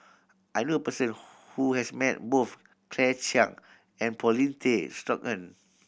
I know a person who has met both Claire Chiang and Paulin Tay Straughan